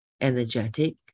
energetic